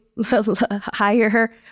higher